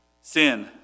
Sin